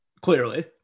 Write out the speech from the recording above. Clearly